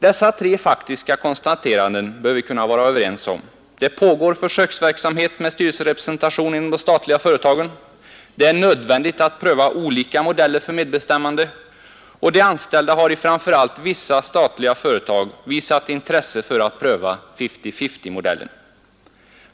Dessa tre faktiska konstateranden borde vi kunna vara överens om: det pågår försöksverksamhet med styrelserepresentation inom de statliga företagen, det är nödvändigt att pröva olika modeller för medbestämmande och de anställda har i framför allt vissa statliga företag visat intresse för att pröva fifty-fifty-modellen.